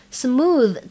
smooth